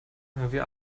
wir